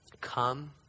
come